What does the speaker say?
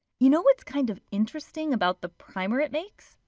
you know what's kind of interesting about the primer it makes?